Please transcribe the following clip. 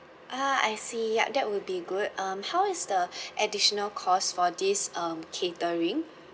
ah I see yup that would be good um how is the additional cost for this um catering